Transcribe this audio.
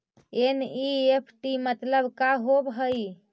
NEFT मतलब का होब हई?